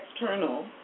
external